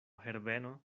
herbeno